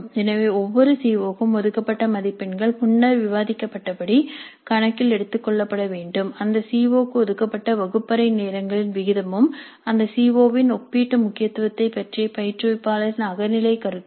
எனவே ஒவ்வொரு சிஓ க்கும் ஒதுக்கப்பட்ட மதிப்பெண்கள் முன்னர் விவாதிக்கப்பட்டபடி கணக்கில் எடுத்துக்கொள்ளப்பட வேண்டும் அந்த சிஓ க்கு ஒதுக்கப்பட்ட வகுப்பறை நேரங்களின் விகிதமும் அந்த சிஓ இன் ஒப்பீட்டு முக்கியத்துவத்தைப் பற்றிய பயிற்றுவிப்பாளரின் அகநிலை கருத்தும்